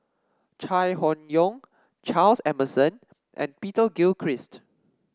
Chai Hon Yoong Charles Emmerson and Peter Gilchrist